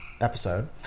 episode